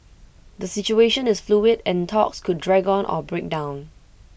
the situation is fluid and talks could drag on or break down